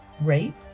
rape